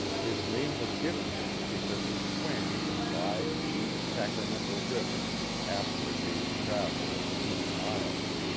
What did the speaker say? his name was given him because he swam the wide deep sacramento river after a day's travel of eighty miles.